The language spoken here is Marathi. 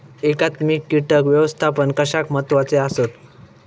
एकात्मिक कीटक व्यवस्थापन कशाक महत्वाचे आसत?